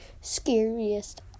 scariest